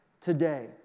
today